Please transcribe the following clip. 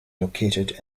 located